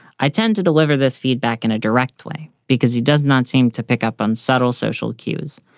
i tend to deliver this feedback in a direct way because he does not seem to pick up on subtle social cues.